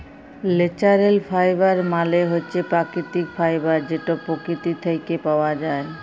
ল্যাচারেল ফাইবার মালে হছে পাকিতিক ফাইবার যেট পকিতি থ্যাইকে পাউয়া যায়